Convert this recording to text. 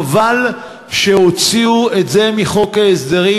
חבל שהוציאו את זה מחוק ההסדרים.